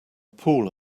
pool